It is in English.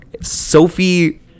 Sophie